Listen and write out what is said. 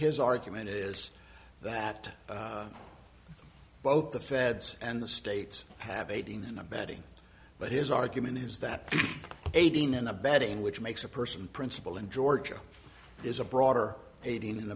his argument is that both the feds and the states have aiding and abetting but his argument is that aiding and abetting which makes a person principal in georgia is a broader aiding and